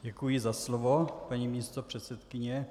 Děkuji za slovo, paní místopředsedkyně.